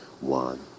One